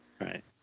Right